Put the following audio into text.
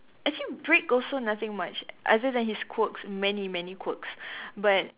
actually brick also nothing much other than his quirks many many quirks but